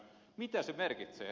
mitä se merkitsee